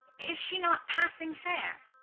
is she not passing fair?